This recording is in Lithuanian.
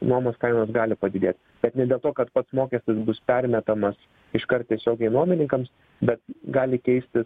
nuomos kainos gali padidėt bet ne dėl to kad pats mokestis bus permetamas iškart tiesiogiai nuomininkams bet gali keistis